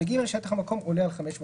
שטח המקום עולה על 500 מ"ר,